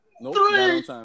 Nope